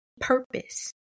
purpose